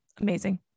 Amazing